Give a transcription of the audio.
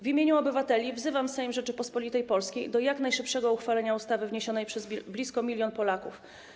W imieniu obywateli wzywam Sejm Rzeczypospolitej Polskiej do jak najszybszego uchwalenia ustawy wniesionej przez blisko 1 mln Polaków.